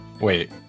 Wait